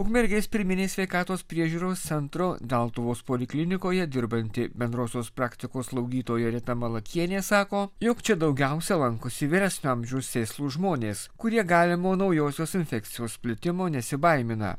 ukmergės pirminės sveikatos priežiūros centro deltuvos poliklinikoje dirbanti bendrosios praktikos slaugytoja rita malakienė sako jog čia daugiausia lankosi vyresnio amžiaus sėslūs žmonės kurie galimo naujosios infekcijos plitimo nesibaimina